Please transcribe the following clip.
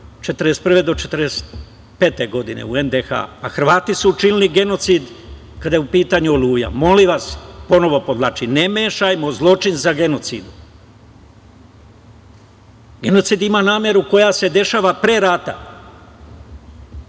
1941. do 1945. godine u NDH. Hrvati su učinili genocid kad je u pitanju „Oluja“. Molim vas, ponovo podvlačim, ne mešajmo zločin za genocid. Genocid ima nameru koja se dešava pre rata.